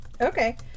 Okay